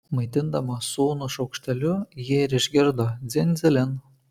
maitindama sūnų šaukšteliu ji ir išgirdo dzin dzilin